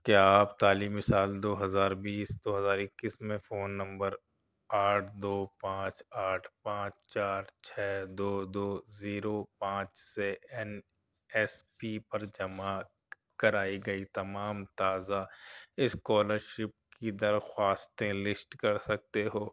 کیا آپ تعلیمی سال دو ہزار بیس دو ہزار اکیس میں فون نمبر آٹھ دو پانچ آٹھ پانچ چار چھ دو دو زیرو پانچ سے این ایس پی پر جمع کرائی گئی تمام تازہ اسکالرشپ کی درخواستیں لسٹ کر سکتے ہو